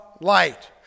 light